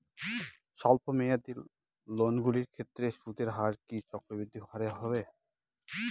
স্বল্প মেয়াদী লোনগুলির ক্ষেত্রে সুদের হার কি চক্রবৃদ্ধি হারে হবে?